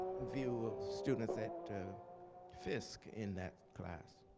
view of students at fisk in that class.